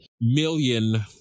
million